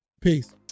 peace